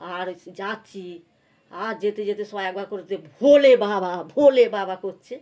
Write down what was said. আর হইছে যাচ্ছি আর যেতে যেতে সবাই একবার করে যে ভোলে বাবা ভোলে বাবা করছে